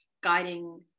Guiding